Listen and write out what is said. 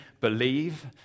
believe